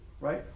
Right